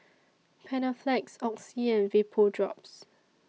Panaflex Oxy and Vapodrops